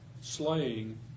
slaying